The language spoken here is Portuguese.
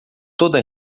toda